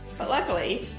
but luckily,